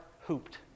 hooped